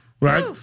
right